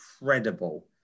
incredible